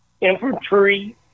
Infantry